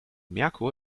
merkur